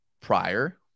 prior